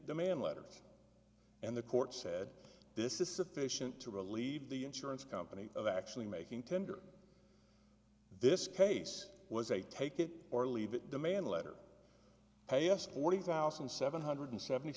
demand letters and the court said this is sufficient to relieve the insurance company of actually making tender this case was a take it or leave it demand letter pay us forty thousand seven hundred seventy